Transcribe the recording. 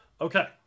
Okay